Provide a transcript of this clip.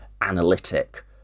analytic